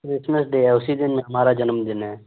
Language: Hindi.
क्रिसमस डे है उसी दिन हमारा जन्मदिन है